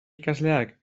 ikasleak